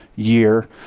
year